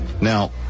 Now